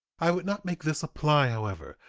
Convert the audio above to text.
i would not make this apply, however,